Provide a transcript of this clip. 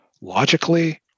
Logically